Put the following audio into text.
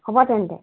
হ'ব তেন্তে